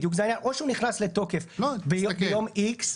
זה היה או שהוא נכנס לתוקף ביום X,